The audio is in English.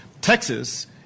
Texas